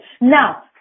Now